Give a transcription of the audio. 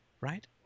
right